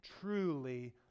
truly